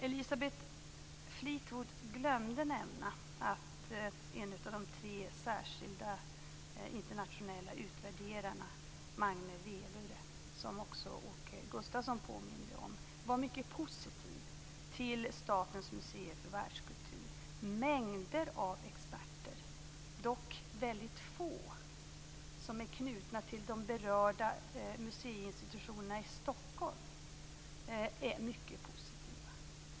Elisabeth Fleetwood glömde nämna att en av de tre särskilda internationella utvärderarna, Magne Velure, som också Åke Gustavsson påminde om, var mycket positiv till Statens museer för världskultur. Mängder av experter, dock väldigt få som är knutna till de berörda museiinstitutionerna i Stockholm, är mycket positiva.